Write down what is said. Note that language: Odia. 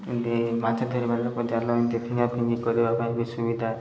ଏମିତି ମାଛ ଧରିବ ଲୋକ ଜାଲ ଏମିତି ଫିଙ୍ଗା ଫିଙ୍ଗି କରିବା ପାଇଁ ବି ସୁବିଧା